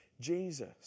Jesus